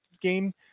game